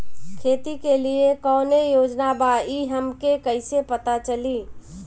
खेती के लिए कौने योजना बा ई हमके कईसे पता चली?